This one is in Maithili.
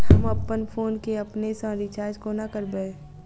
हम अप्पन फोन केँ अपने सँ रिचार्ज कोना करबै?